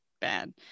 bad